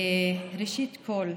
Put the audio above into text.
ראשית כול,